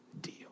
deal